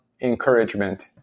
encouragement